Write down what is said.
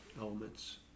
elements